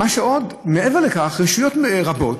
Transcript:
מעבר לכך, רשויות רבות,